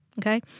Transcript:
okay